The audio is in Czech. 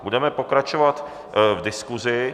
Budeme pokračovat v diskuzi.